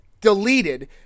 deleted